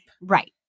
Right